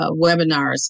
webinars